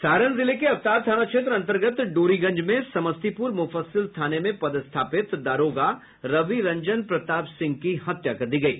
सारण जिले के अवतार थाना क्षेत्र अंतर्गत डोरीगंज में समस्तीपुर मुफ्फसिल थाने में पदस्थापित दारोगा रवि रंजन प्रताप सिंह की हत्या कर दी गयी